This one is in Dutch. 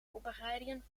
voorbereidingen